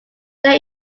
there